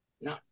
No